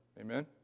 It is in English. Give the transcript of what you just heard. Amen